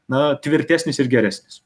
na tvirtesnis ir geresnis